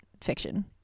fiction